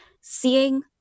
seeing